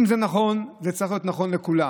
אם זה נכון, זה צריך להיות נכון לכולם,